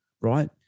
Right